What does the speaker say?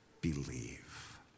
believe